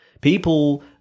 People